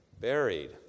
buried